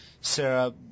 Sarah